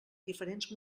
diferents